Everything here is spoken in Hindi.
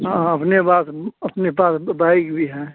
हाँ हाँ अपने पास अपने पास बाइक भी है